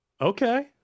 Okay